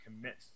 commit